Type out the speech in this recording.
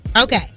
Okay